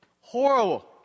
Horrible